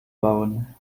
bauen